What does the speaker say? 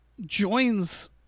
joins